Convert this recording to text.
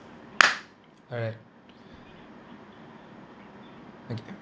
alright okay